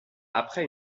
après